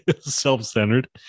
self-centered